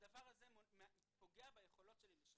הדבר הזה פוגע ביכולתי לשחרר.